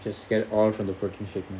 just get all from the protein shake